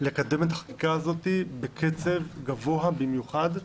לקדם את החקיקה הזאת בקצב גבוה במיוחד,